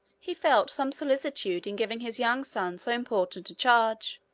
he felt some solicitude in giving his young son so important a charge,